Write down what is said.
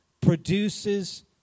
produces